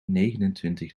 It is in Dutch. negenentwintig